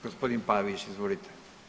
Gospodin Pavić izvolite.